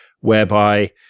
whereby